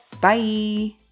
bye